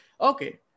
okay